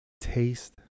taste